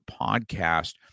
podcast